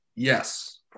Yes